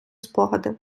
спогади